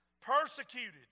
persecuted